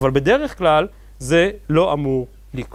אבל בדרך כלל זה לא אמור לקרות.